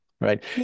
right